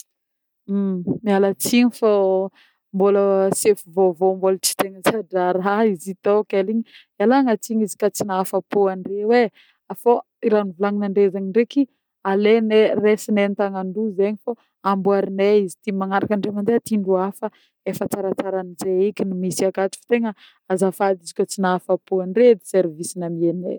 Miala tsigny fô mbôla sefo vôvô mbôla tsy tegna zadraraha izy io tô ke hialagna tsigny izy koà tsy nahafapo andre e. Fô raha nivolagninandre zegny ndreky aleneh, resineh antagnandroy zegny fo, amboarineh izy ty amin'ny magnaraka indre mandeha ty andro hafa efa tsaratsara ny zegny eky ny misy ato fô tegna azafady izy koa tsy nahafapo andre edy service namiane.